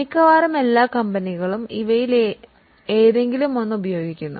മിക്കവാറും എല്ലാ കമ്പനികളും ഇവയിൽ ഏതെങ്കിലും ഒന്ന് ഉപയോഗിക്കുന്നു